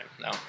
no